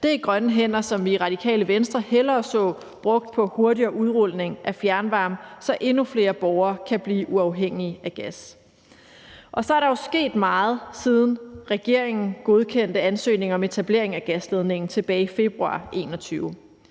Det er grønne hænder, som vi i Radikale Venstre hellere så brugt på hurtigere udrulning af fjernvarme, så endnu flere borgere kan blive uafhængige af gas. Så er der jo sket meget, siden regeringen godkendte ansøgningen om etableringen af gasledningen tilbage i februar 2021: